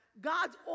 God's